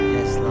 Yes